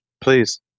Please